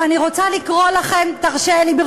ואני רוצה לקרוא לכם, ביטלתי בסוף, תרשה לי.